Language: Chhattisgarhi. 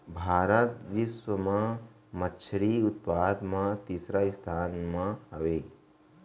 भारत बिश्व मा मच्छरी उत्पादन मा तीसरा स्थान मा हवे